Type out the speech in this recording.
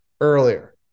earlier